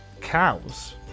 cows